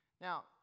Now